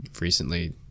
recently